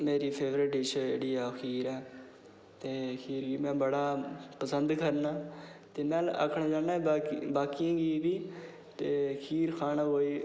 मेरी favourite dish जेह्ड़ी ऐ ओह् खीर ऐ ते खीर गी में बड़ा पसंद करना ते में आक्खना चाह्नां की बाकी जेह्ड़ी ते खीर खाना कोई